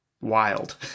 Wild